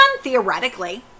Theoretically